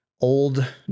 old